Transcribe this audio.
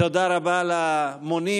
תודה רבה למונים.